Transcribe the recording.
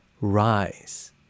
rise